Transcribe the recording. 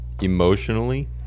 emotionally